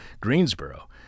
Greensboro